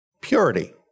purity